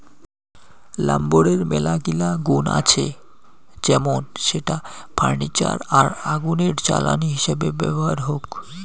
লাম্বরের মেলাগিলা গুন্ আছে যেমন সেটা ফার্নিচার আর আগুনের জ্বালানি হিসেবে ব্যবহার হউক